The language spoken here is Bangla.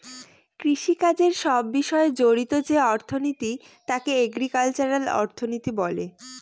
কৃষিকাজের সব বিষয় জড়িত যে অর্থনীতি তাকে এগ্রিকালচারাল অর্থনীতি বলে